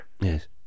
Yes